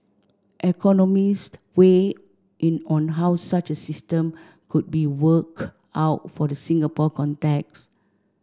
economists weighed in on how such a system could be worked out for the Singapore context